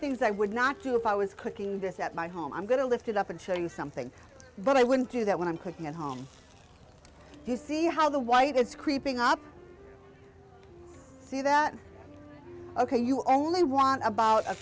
things i would not do if i was cooking this at my home i'm going to lift it up and show you something but i wouldn't do that when i'm cooking at home you see how the white is creeping up see that ok you only want about